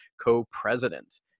co-president